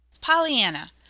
Pollyanna